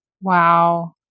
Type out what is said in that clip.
Wow